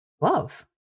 love